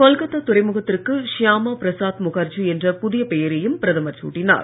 கொல்கத்தா துறைமுகத்திற்கு ஷியாமா பிரசாத் முகர்ஜி என்ற புதிய பெயரையும் பிரதமர் சூட்டினார்